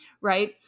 right